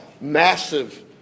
massive